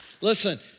Listen